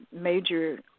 major